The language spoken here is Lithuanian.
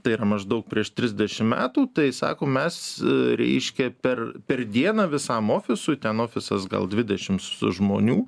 tai yra maždaug prieš trisdešimt metų tai sako mes reiškia per per dieną visam ofisui ten ofisas gal dvidešimts žmonių